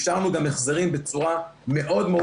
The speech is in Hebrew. אפשרנו גם ההחזרים בצורה מאוד מאוד